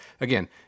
Again